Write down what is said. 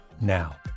now